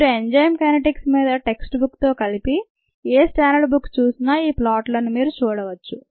మీరు enzyme kinetics మీద text బుక్తో కలిపి ఏ స్టాండర్ట్ బుక్ చూసినా ఈ ప్లాట్లను మీరు చూడవచ్చు